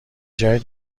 جای